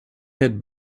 had